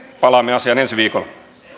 palaamme asiaan ensi viikolla